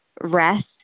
rest